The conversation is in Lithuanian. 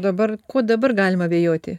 dabar kuo dabar galim abejoti